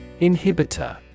Inhibitor